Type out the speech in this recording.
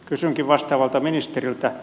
kysynkin vastaavalta ministeriltä